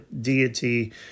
Deity